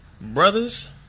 brothers